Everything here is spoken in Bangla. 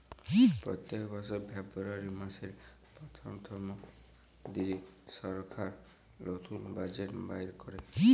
প্যত্তেক বসর ফেব্রুয়ারি মাসের পথ্থম দিলে সরকার লতুল বাজেট বাইর ক্যরে